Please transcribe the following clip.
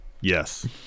Yes